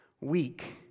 weak